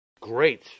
great